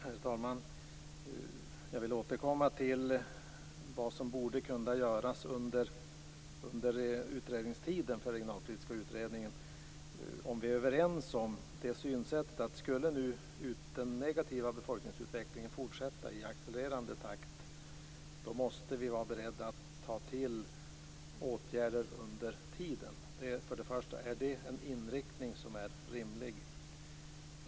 Herr talman! Jag vill återkomma till vad som borde kunna göras under utredningstiden för den regionalpolitiska utredningen. Kan vi vara överens om synsättet att om den negativa befolkningsutvecklingen skulle fortsätta i accelererande takt så måste vi vara beredda att ta till åtgärder under tiden? Är det en inriktning som är rimlig?